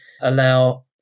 allow